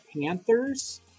Panthers